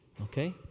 okay